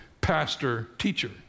pastor-teacher